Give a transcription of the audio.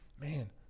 man